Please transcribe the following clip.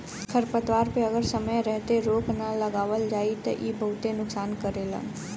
खरपतवार पे अगर समय रहते रोक ना लगावल जाई त इ बहुते नुकसान करेलन